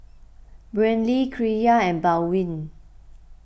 Brynlee Kyra and Baldwin